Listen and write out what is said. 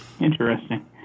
Interesting